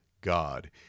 God